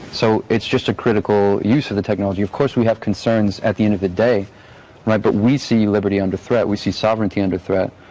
so it's just a critical use of the technology. of course we have concerns at the end of the day but we see liberty under threat, we see sovereignty under threat,